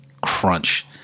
crunch